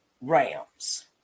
rams